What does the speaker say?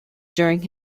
during